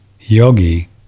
yogi